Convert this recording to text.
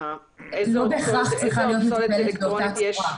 לא בהכרח צריכה להיות מטופלת באותה צורה.